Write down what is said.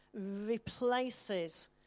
replaces